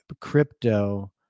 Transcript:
crypto